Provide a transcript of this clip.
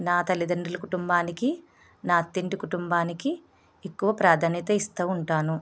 నా తల్లిదండ్రుల కుటుంబానికి నా అత్తింటి కుటుంబానికి ఎక్కువ ప్రాధాన్యత ఇస్తు ఉంటాను